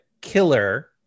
killer